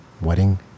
Wedding